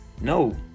No